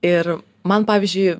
ir man pavyzdžiui